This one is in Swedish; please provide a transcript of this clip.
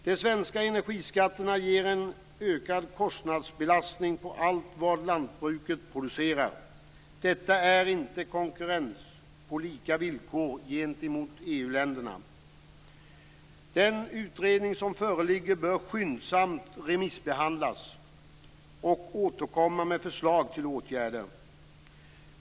De svenska energiskatterna ger en ökad kostnadsbelastning på allt vad lantbruket producerar. Detta är inte konkurrens på lika villkor gentemot EU-länderna. Den utredning som föreligger bör skyndsamt remissbehandlas och återkomma med förslag till åtgärder.